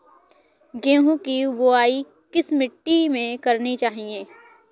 गेहूँ की बुवाई किस मिट्टी में करनी चाहिए?